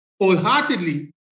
wholeheartedly